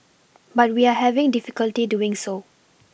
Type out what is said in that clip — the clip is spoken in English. but we are having difficulty doing so